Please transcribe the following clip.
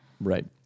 Right